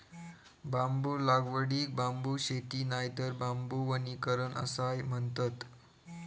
बांबू लागवडीक बांबू शेती नायतर बांबू वनीकरण असाय म्हणतत